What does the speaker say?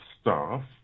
staff